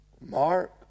Mark